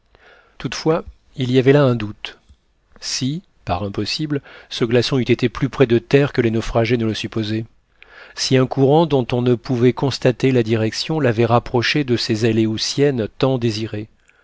toutefois il y avait là un doute si par impossible ce glaçon eût été plus près de terre que les naufragés ne le supposaient si un courant dont on ne pouvait constater la direction l'avait rapproché de ces aléoutiennes tant désirées